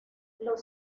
los